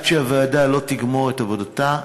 עד שהוועדה לא תגמור את עבודתה,